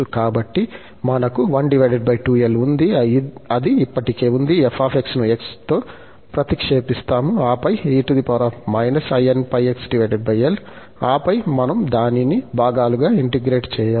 కాబట్టి మనకు 12l ఉంది అది ఇప్పటికే ఉంది f ను x తో ప్రతిక్షేపిస్తాము ఆపై e -inπxl ఆపై మనం దానిని భాగాలు గా ఇంటిగ్రేట్ చేయవచ్చు